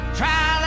try